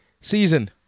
Season